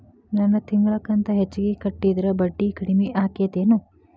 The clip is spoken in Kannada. ನನ್ ತಿಂಗಳ ಕಂತ ಹೆಚ್ಚಿಗೆ ಕಟ್ಟಿದ್ರ ಬಡ್ಡಿ ಕಡಿಮಿ ಆಕ್ಕೆತೇನು?